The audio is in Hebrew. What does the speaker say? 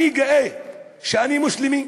אני גאה שאני מוסלמי